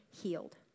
healed